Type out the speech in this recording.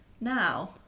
Now